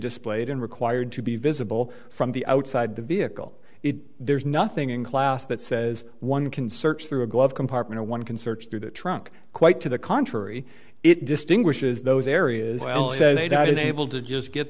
displayed in required to be visible from the outside the vehicle if there's nothing in class that says one can search through a glove compartment or one can search through the trunk quite to the contrary it distinguishes those areas well they did able to just get